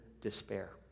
despair